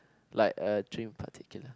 like a trim particular